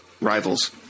rivals